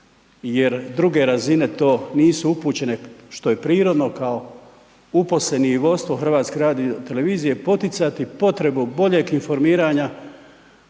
jer druge razine to nisu upućene što je prirodno kao uposleni i vodstvo HRT-a poticati potrebu boljeg informiranja